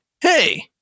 Hey